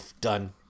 Done